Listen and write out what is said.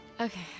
Okay